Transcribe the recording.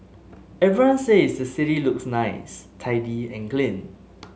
everyone says the city looks nice tidy and clean